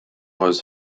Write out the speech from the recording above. was